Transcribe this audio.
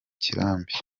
kirambi